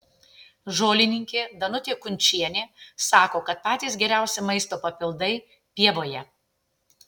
žolininkė danutė kunčienė sako kad patys geriausi maisto papildai pievoje